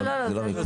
לא, לא.